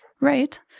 Right